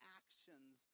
actions